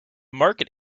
market